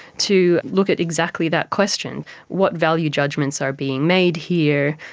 to look at exactly that question what value judgements are being made here,